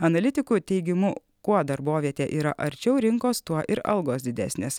analitikų teigimu kuo darbovietė yra arčiau rinkos tuo ir algos didesnės